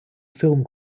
film